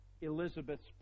Elizabeth's